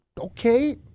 okay